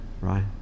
right